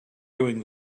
doing